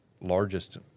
largest